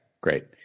great